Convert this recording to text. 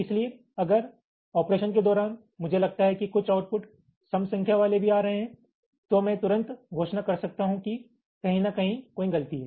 इसलिए अगर ऑपरेशन के दौरान मुझे लगता है कि कुछ आउटपुट सम संख्या वाले भी आ रहे हैं तो मैं तुरंत घोषणा कर सकता हूं कि कहीं न कहीं कोई गलती है